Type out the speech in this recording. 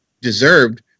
deserved